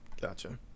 Gotcha